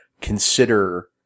consider –